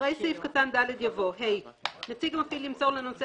" אחרי סעיף קטן (ד) יבוא: "(ה)נציג המפעיל ימסור לנוסע